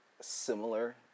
similar